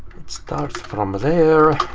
it starts from there.